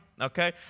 okay